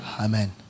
Amen